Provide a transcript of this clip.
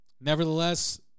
Nevertheless